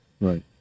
Right